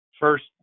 first